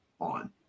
on